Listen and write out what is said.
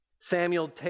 Samuel